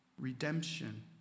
Redemption